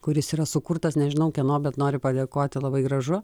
kuris yra sukurtas nežinau kieno bet noriu padėkoti labai gražu